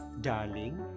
darling